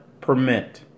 permit